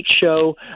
Show